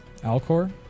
alcor